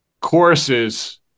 courses